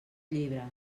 llibre